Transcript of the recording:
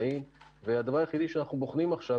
אלה הנתונים שאתם מעבירים למשרד הבריאות,